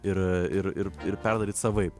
ir ir ir ir perdaryt savaip